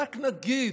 רק נגיד,